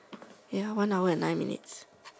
ya one hour and nine minutes